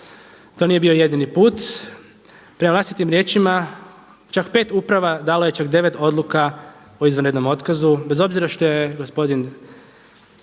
To nije bio jedini put, prema vlastitim riječima čak 5 uprava dalo je čak 9 odluka o izvanrednom otkazu bez obzira što je gospodin